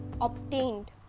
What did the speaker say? obtained